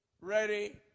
Ready